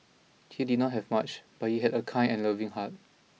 he did not have much but he had a kind and loving heart